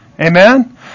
Amen